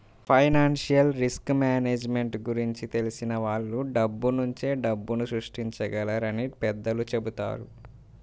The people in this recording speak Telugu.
ఫైనాన్షియల్ రిస్క్ మేనేజ్మెంట్ గురించి తెలిసిన వాళ్ళు డబ్బునుంచే డబ్బుని సృష్టించగలరని పెద్దలు చెబుతారు